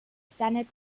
senate